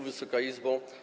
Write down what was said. Wysoka Izbo!